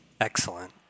Excellent